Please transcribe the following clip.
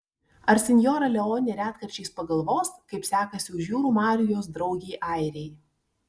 ar sinjora leonė retkarčiais pagalvos kaip sekasi už jūrų marių jos draugei airei